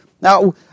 now